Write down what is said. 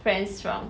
friends from